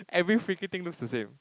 every freaking thing looks the same